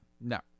no